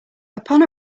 upon